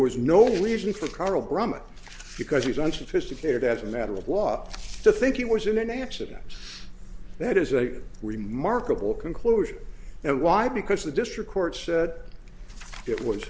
was no lesion for karl rama because he's unsophisticated as a matter of law to think he was in an accident that is a remarkable conclusion and why because the district court said it was